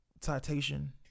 citation